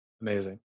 amazing